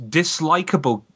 dislikable